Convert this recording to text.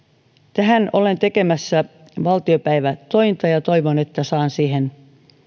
tähän olen tekemässä valtiopäivätointa ja toivon että saan siihen